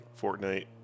Fortnite